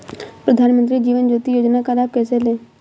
प्रधानमंत्री जीवन ज्योति योजना का लाभ कैसे लें?